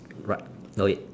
what wait